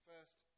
First